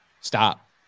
Stop